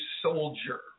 soldier